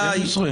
כבר בגיל 12?